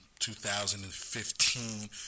2015